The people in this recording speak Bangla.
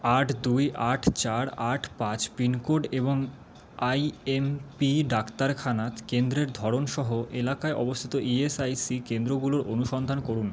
আট দুই আট চার আট পাঁচ পিনকোড এবং আই এম পি ডাক্তারখানা কেন্দ্রের ধরণসহ এলাকায় অবস্থিত ই এস আই সি কেন্দ্রগুলোর অনুসন্ধান করুন